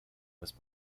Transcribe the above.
was